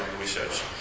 research